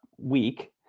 week